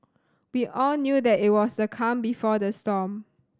we all knew that it was the calm before the storm